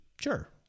Sure